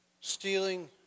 stealing